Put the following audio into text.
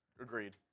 Agreed